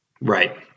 right